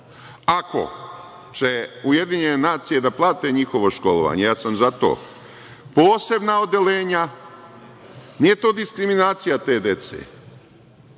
Ako će UN da plate njihovo školovanje, ja sam za to, posebna odeljenja, nije to diskriminacija te